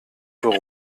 für